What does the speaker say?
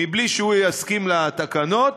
מבלי שהוא יסכים לתקנות,